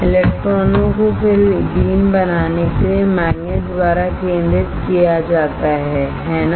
इलेक्ट्रॉनों को फिर बीम बनाने के लिए मैग्नेट द्वारा केंद्रित किया जाता है है ना